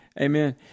Amen